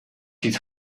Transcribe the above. his